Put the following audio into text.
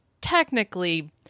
technically